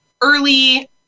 early